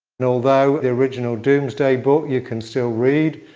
and although the original domesday book you can still read,